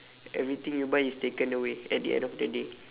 everything you buy is taken away at the end of the day